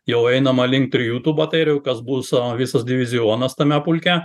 jau einama link trijų tų baterijų kas bus a visas divizionas tame pulke